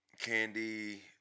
candy